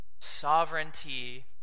sovereignty